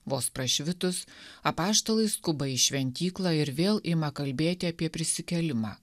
vos prašvitus apaštalai skuba į šventyklą ir vėl ima kalbėti apie prisikėlimą